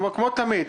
כמו תמיד,